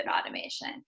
automation